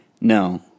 No